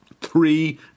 Three